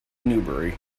newbury